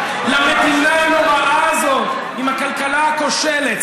למדינה הנוראה הזאת עם הכלכלה הכושלת,